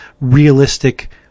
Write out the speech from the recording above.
realistic